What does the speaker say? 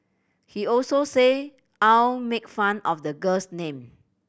he also said Ao make fun of the girl's name